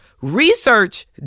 research